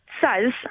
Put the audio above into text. says